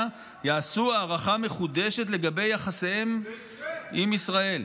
"יעשו הערכה מחודשת לגבי יחסיהן עם ישראל".